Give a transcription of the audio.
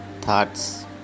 thoughts